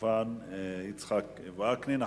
יצחק וקנין.